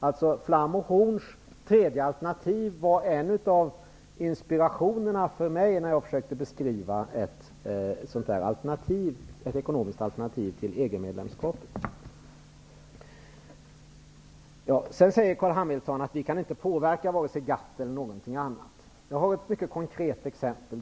Flams och Horns tredje alternativ var inspiration för mig när jag försökte beskriva ett ekonomiskt alternativ till EG-medlemskap. Sedan säger Carl Hamilton att vi inte kan påverka vare sig GATT eller någonting annat. Jag har ett mycket konkret exempel.